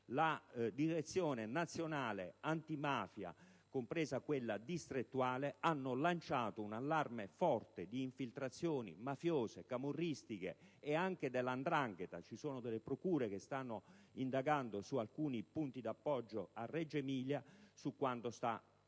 La Direzione nazionale antimafia e quella distrettuale hanno lanciato un allarme forte su infiltrazioni mafiose, camorristiche e anche della 'ndrangheta. Alcune procure stanno indagando su alcuni punti d'appoggio a Reggio Calabria su quanto sta succedendo